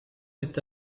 est